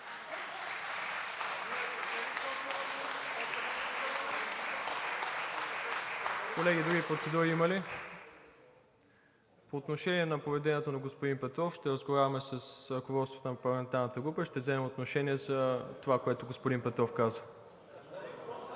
Колеги, други процедури има ли? По отношение на поведението на господин Петров ще разговаряме с ръководството на парламентарната група и ще вземем отношение за това, което господин Петров каза.